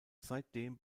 seitdem